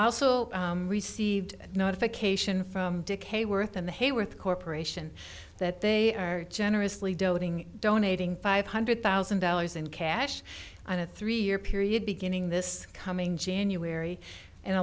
also received notification from dick hayworth and the hayworth corporation that they are generously doating donating five hundred thousand dollars in cash on a three year period beginning this coming january and